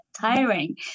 tiring